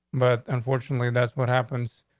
but unfortunately, that's what happens.